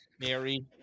Mary